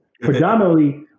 Predominantly